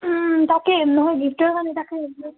তাকে নহয় গিফ্টৰ কাৰণে তাকে